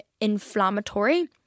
inflammatory